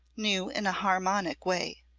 new in a harmonic way.